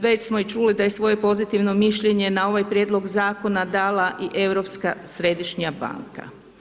Već smo i čuli da je svoje pozitivno mišljenje na ovaj prijedlog zakona dala i Europska središnja banka.